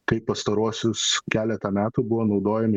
kaip pastaruosius keletą metų buvo naudojami